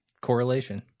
Correlation